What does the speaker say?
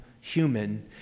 human